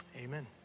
amen